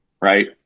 right